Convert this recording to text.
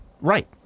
Right